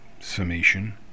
summation